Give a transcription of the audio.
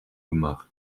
gemacht